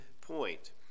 point